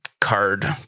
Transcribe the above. card